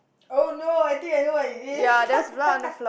oh no I think I know what it is